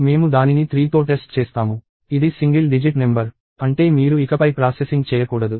మేము దానిని 3తో టెస్ట్ చేస్తాము ఇది సింగిల్ డిజిట్ నెంబర్ అంటే మీరు ఇకపై ప్రాసెసింగ్ చేయకూడదు